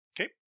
Okay